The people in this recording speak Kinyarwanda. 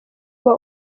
uba